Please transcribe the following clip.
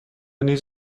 نیز